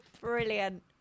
Brilliant